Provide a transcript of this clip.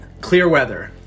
Clearweather